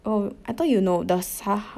oh I thought you know dosa